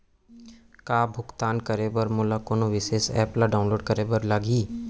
का भुगतान करे बर मोला कोनो विशेष एप ला डाऊनलोड करे बर लागही